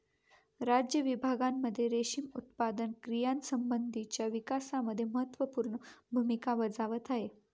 राज्य विभागांमध्ये रेशीम उत्पादन क्रियांसंबंधीच्या विकासामध्ये महत्त्वपूर्ण भूमिका बजावत आहे